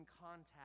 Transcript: contact